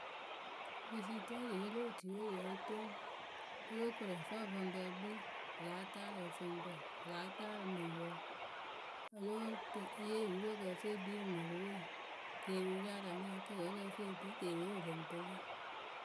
Firizidɛrǝwe lo otuyǝ we yɨo toŋ o lóo koru ǝfɨ ǝfǝŋpǝ e kpii wɨ láa taarɨ ǝfǝŋpǝ wɨ láa taarɨ mɛŋwǝ. O lóo to e yee otupǝ we kɨ ǝ fɨ e kpii rɨ mǝrǝ we keeriwǝ rɛ a la nya ke o ǝ lǝ́ǝ fǝ ekpii keeriwe wɨ lɨŋ pɨlɨ.